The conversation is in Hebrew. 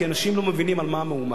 כי אנשים לא מבינים על מה המהומה.